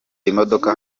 imodoka